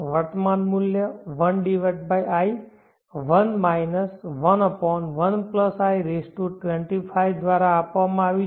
વર્તમાન મૂલ્ય 1i1 11i25 દ્વારા આપવામાં આવ્યું છે